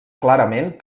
clarament